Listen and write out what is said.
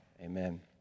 Amen